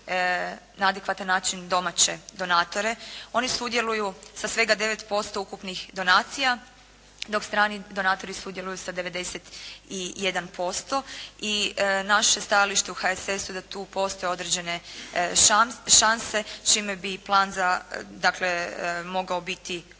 na adekvatan način domaće donatore. Oni sudjeluju sa svega 9% ukupnih donacija, dok strani donatori sudjeluju sa 91%. I naše stajalište u HSS-u da tu postoje određene šanse čime bi plan, dakle, mogao biti